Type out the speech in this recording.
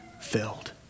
filled